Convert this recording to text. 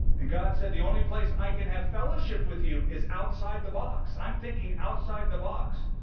and god said, the only place i can have fellowship with you is outside the box. i'm thinking outside the box,